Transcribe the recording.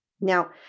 Now